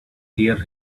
hear